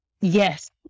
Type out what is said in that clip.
yes